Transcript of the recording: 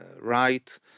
right